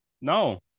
No